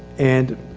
and.